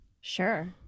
Sure